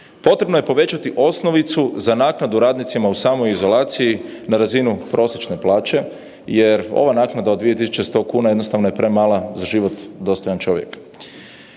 Potrebno je povećati osnovicu za naknadu radnicima u samoizolaciji na razinu prosječne plaće jer ova naknada od 2.100 kuna jednostavno je premala za život dostojan čovjeka.